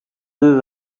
deux